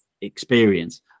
experience